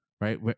right